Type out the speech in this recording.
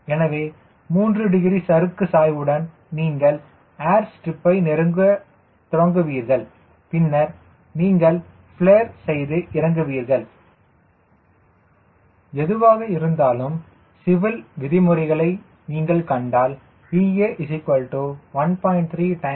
எனவே 3 டிகிரி சறுக்கு சாய்வுடன் நீங்கள் ஏர் ஸ்ட்ரிப்பை நெருங்கத் தொடங்குகிறீர்கள் பின்னர் நீங்கள் ப்லேர் செய்து இறங்குவீர்கள் எதுவாக இருந்தாலும் சிவில் விதிமுறைகளை நீங்கள் கண்டால் VA 1